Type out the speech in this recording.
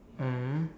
mm